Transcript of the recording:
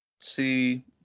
See